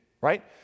right